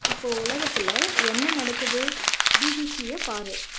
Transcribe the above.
இப்போது உலகத்தில் என்ன நடக்குது பிபிசியை பார்